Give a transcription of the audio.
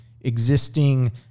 existing